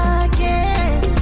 again